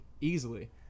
easily